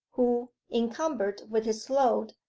who, encumbered with his load,